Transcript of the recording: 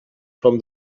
from